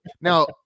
Now